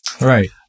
right